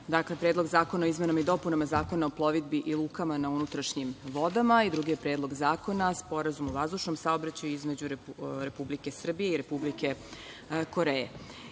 je Predlog zakona o izmenama i dopunama Zakona o plovidbi i lukama na unutrašnjim vodama i drugi je Predlog zakona Sporazum o vazdušnom saobraćaju između Vlade Republike Srbije i Vlade Republike Koreje. Pre